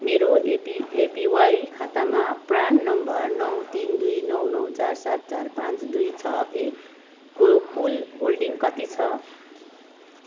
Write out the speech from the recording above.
मेरो AP APY खातामा PRAN number नौ तिन दुई नौ नौ चार सात चार पाँच दुई छ एकको कुल होल्डिङ कति छ